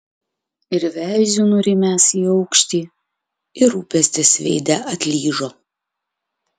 ir veiziu nurimęs į aukštį ir rūpestis veide atlyžo